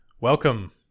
welcome